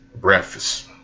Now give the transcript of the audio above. Breakfast